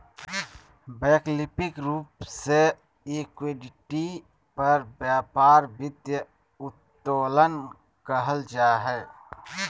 वैकल्पिक रूप से इक्विटी पर व्यापार वित्तीय उत्तोलन कहल जा हइ